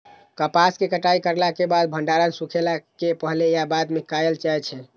कपास के कटाई करला के बाद भंडारण सुखेला के पहले या बाद में कायल जाय छै?